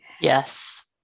Yes